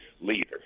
leader